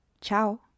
ciao